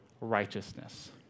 righteousness